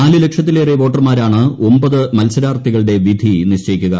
നാല് ലക്ഷത്തിലേറെ വോട്ടർമാരാണ് ഒമ്പത് മത്സരാർത്ഥികളുടെ വിധി നിശ്ചയിക്കുക